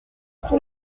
tout